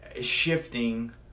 shifting